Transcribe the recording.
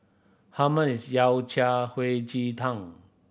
how much is yao hei ji tang